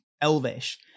Elvish